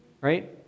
Right